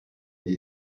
gli